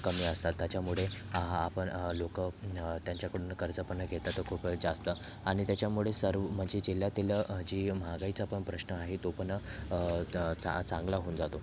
कमी असतात त्याच्यामुळे आपण लोक त्यांच्याकडून कर्ज पण घेता तो खूप जास्त आणि त्याच्यामुळे सर्व म्हणजे जिल्ह्यातील जी महागाईचा पण प्रश्न आहे तो पण चा चांगला होऊन जातो